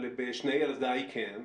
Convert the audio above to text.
אבל שני ילדיי כן,